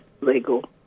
legal